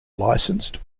licensed